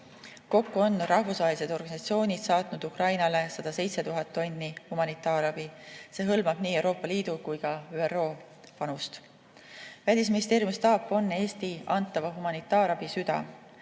Kokku on rahvusvahelised organisatsioonid saatnud Ukrainale 107 000 tonni humanitaarabi. See hõlmab nii Euroopa Liidu kui ka ÜRO panust. Välisministeeriumi staap on Eesti antava humanitaarabi süda,